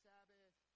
Sabbath